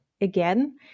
again